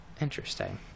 Interesting